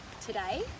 today